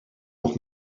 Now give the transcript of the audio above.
nog